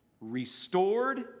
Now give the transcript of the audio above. restored